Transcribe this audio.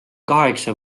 kaheksa